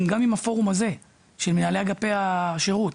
גם עם הפורום הזה, של מנהלי אגפי השירות.